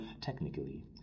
technically